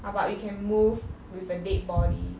about you can move with a dead body